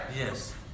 Yes